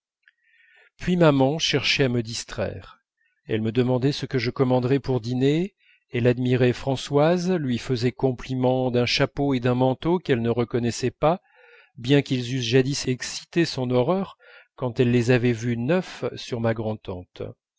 puis maman cherchait à me distraire elle me demandait ce que je commanderais pour dîner elle admirait françoise lui faisait compliment d'un chapeau et d'un manteau qu'elle ne reconnaissait pas bien qu'ils eussent jadis excité son horreur quand elle les avait vus neufs sur ma